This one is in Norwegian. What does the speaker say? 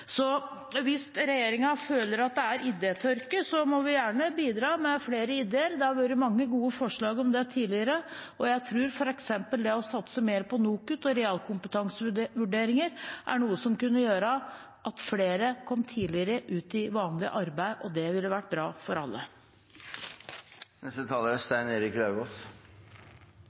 Hvis regjeringen føler at det er idétørke, bidrar vi gjerne med flere ideer. Det har vært mange gode forslag om dette tidligere. Jeg tror f.eks. det å satse mer på NOKUT og realkompetansevurderinger er noe som kunne gjøre at flere kom tidligere ut i vanlig arbeid, og det ville vært bra for alle. Jeg må bare si at representanten Engen-Helgheim er